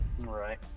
Right